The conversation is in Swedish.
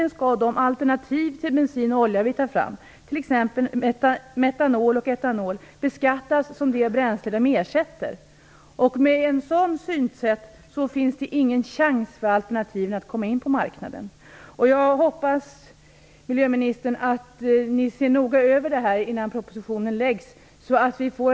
Där står att de alternativ till bensin och olja vi tar fram, t.ex. metanol och etanol, egentligen skall beskattas som det bränsle de ersätter. Med ett sådant synsätt finns det ingen chans för alternativen att komma in på marknaden. Jag hoppas att ni noga ser över detta innan propositionen läggs fram, miljöministern.